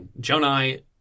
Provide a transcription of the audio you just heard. Jonai